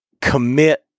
commit